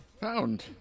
found